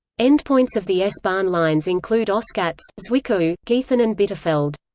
endpoints of the s-bahn lines include oschatz, zwickau, geithain and bitterfeld.